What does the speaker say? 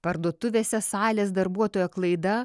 parduotuvėse salės darbuotojo klaida